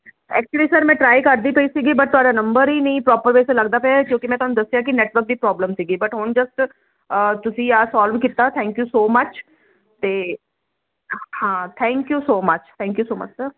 actually sir ਮੈਂ try ਕਰਦੀ ਪਈ ਸੀਗੀ ਬਟ ਤੁਹਾਡਾ ਨੰਬਰ ਹੀ ਨਹੀਂ ਪ੍ਰੋਪਰ ਵੇਸੇ ਲੱਗਦਾ ਪਿਆ ਕਿਉਂਕਿ ਮੈਂ ਤੁਹਾਨੂੰ ਦੱਸਿਆ ਕਿ ਨੈਟਵਰਕ ਦੀ ਪ੍ਰੋਬਲਮ ਸੀਗੀ ਬਟ ਹੁਣ ਜਸਟ ਤੁਸੀਂ ਆਹ ਸੋਲਵ ਕੀਤਾ ਥੈਂਕਯੂ ਸੋ ਮਚ ਤੇ ਹਾਂ thank you so much thank you so much sir